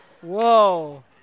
Whoa